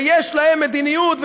שיש להם מדיניות,